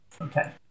okay